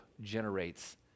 generates